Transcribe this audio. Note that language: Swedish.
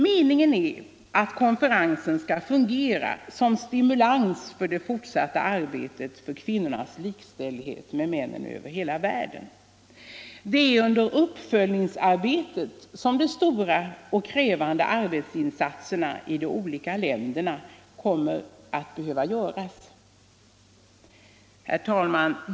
Meningen är att konferensen skall fungera som stimulans för det fortsatta arbetet för kvinnornas likställdhet med männen över hela världen. Det är under uppföljningsarbetet som de stora och krävande arbetsinsatserna i de olika länderna kommer att behöva göras. Herr talman!